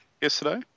yesterday